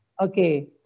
okay